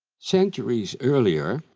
centuries earlier,